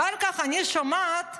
אחר כך אני שומעת את